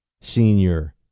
senior